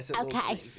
okay